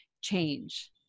change